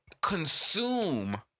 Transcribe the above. consume